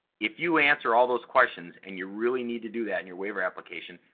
if you answer all those questions, and you really need to do that in your waiver application,